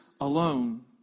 alone